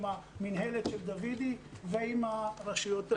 המינהלת של דוידי ועם הרשויות המקומיות.